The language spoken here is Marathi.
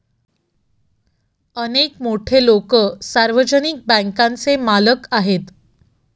अनेक मोठे लोकं सार्वजनिक बँकांचे मालक आहेत